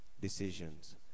decisions